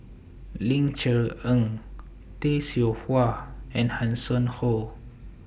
Ling Cher Eng Tay Seow Huah and Hanson Ho